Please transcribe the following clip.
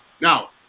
Now